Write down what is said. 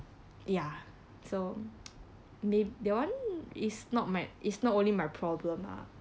ya so may~ that one is not my is not only my problem lah